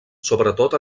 sobretot